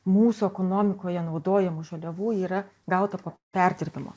mūsų ekonomikoje naudojamų žaliavų yra gauta po perdirbimo